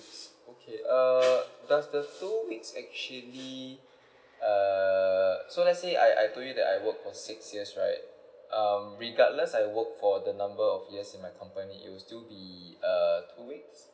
okay err does the two weeks actually err so let's say I I told you that I work for six years right um regardless I work for the number of years in my company it'll still be uh two weeks